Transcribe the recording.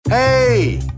Hey